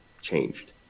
changed